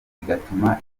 bigatuma